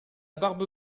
barbe